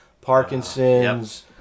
Parkinson's